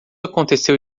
aconteceu